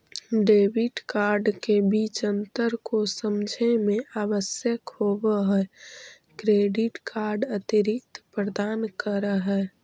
Debit card के बीच अंतर को समझे मे आवश्यक होव है क्रेडिट कार्ड अतिरिक्त प्रदान कर है?